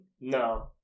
No